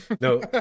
no